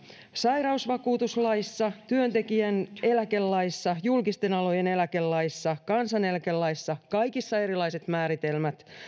sairausvakuutuslaissa työntekijän eläkelaissa julkisten alojen eläkelaissa kansaneläkelaissa kaikissa erilaiset määritelmät ja